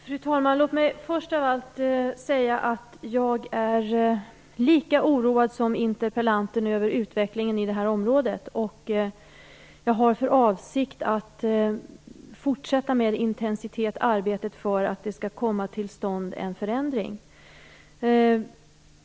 Fru talman! Låt mig först av allt säga att jag är lika oroad som interpellanten över utvecklingen i det här området. Jag har för avsikt att med intensitet fortsätta arbetet för att en förändring skall komma till stånd.